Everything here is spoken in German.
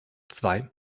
zwei